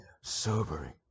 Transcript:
sobering